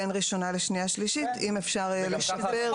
בין ראשונה לשנייה ושלישית אם אפשר לשפר.